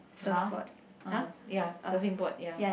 raft a ya surfing board ya